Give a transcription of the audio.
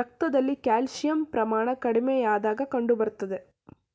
ರಕ್ತದಲ್ಲಿ ಕ್ಯಾಲ್ಸಿಯಂ ಪ್ರಮಾಣ ಕಡಿಮೆಯಾದಾಗ ಕಂಡುಬರ್ತದೆ